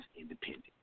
independent